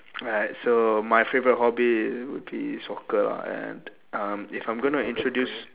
right so my favorite hobby would be soccer and um if I'm going to introduce